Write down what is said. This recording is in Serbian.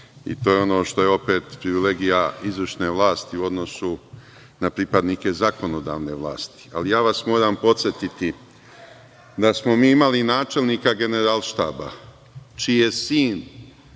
i to je ono što je opet privilegija izvršne vlasti u odnosu na pripadnike zakonodavne vlasti. Ali, ja vas moram podsetiti da smo mi imali načelnika Generalštaba čiji je sin